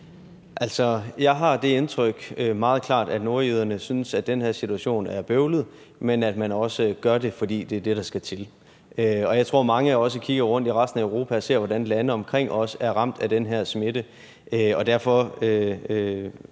Jeg har det meget klare indtryk, at nordjyderne synes, at den her situation er bøvlet, men at man også gør det, fordi det er det, der skal til, og jeg tror også, at mange kigger rundt i resten af Europa og ser, hvordan lande omkring os er ramt af den her smitte, og at